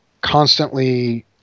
constantly